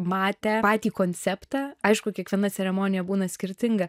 matę patį konceptą aišku kiekviena ceremonija būna skirtinga